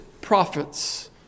prophets